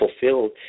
fulfilled